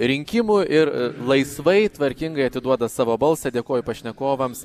rinkimų ir laisvai tvarkingai atiduoda savo balsą dėkoju pašnekovams